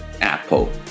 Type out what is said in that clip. Apple